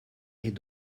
est